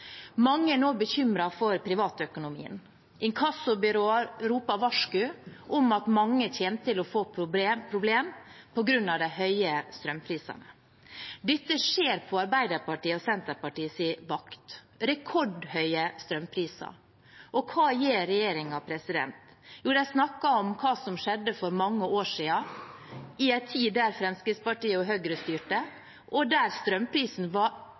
Mange er nå bekymret for privatøkonomien. Inkassobyråer roper et varsku om at mange kommer til å få problemer på grunn av de høye strømprisene. Dette skjer på Arbeiderpartiets og Senterpartiets vakt. Det er rekordhøye strømpriser, og hva gjør regjeringen? Jo, de snakker om hva som skjedde for mange år siden, i en tid da Fremskrittspartiet og Høyre styrte, og da strømprisen var